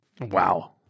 wow